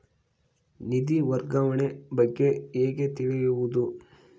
ನಿಧಿ ವರ್ಗಾವಣೆ ಬಗ್ಗೆ ಹೇಗೆ ತಿಳಿಯುವುದು?